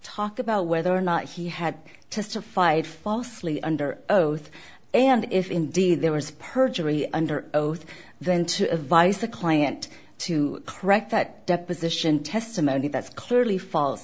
talk about whether or not he had testified falsely under oath and if indeed there was perjury under oath then to advice the client to correct that deposition testimony that's clearly fal